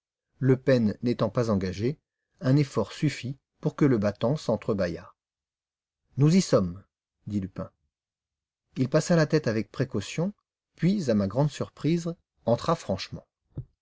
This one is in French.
le pêne n'étant pas engagé un effort suffit pour que le battant sentre bâillât nous y sommes dit lupin il passa la tête avec précaution puis à ma grande surprise entra franchement